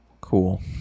Cool